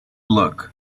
look